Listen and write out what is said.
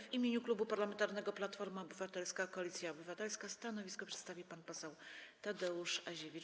W imieniu Klubu Parlamentarnego Platforma Obywatelska - Koalicja Obywatelska stanowisko przedstawi pan poseł Tadeusz Aziewicz.